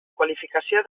qualificació